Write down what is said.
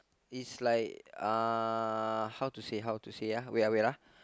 it's like uh how to say how to say uh wait uh wait uh